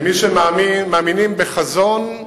כמי שמאמינים בחזון,